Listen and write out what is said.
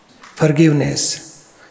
forgiveness